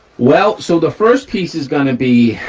well, so the first piece is gonna be,